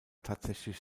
tatsächlich